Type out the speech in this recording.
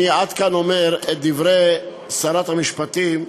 אני עד כאן אומר את דברי שרת המשפטים.